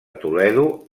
toledo